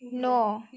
न'